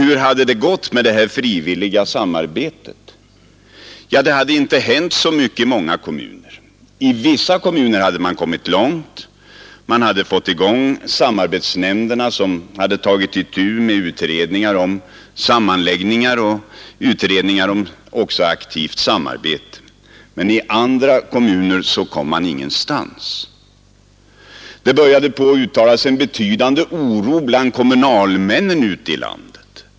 Hur hade det gått med det frivilliga samarbetet? Jo, i många kommuner hade det inte hänt så mycket. I vissa kommuner hade man kommit långt och fått i gång samarbetsnämnder, som hade tagit itu med utredningar om sammanläggningar och även utredningar om aktivt samarbete. Men i andra kommuner kom man ingenstans. Då började det uttalas en betydande oro bland kommunalmännen ut i landet.